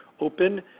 open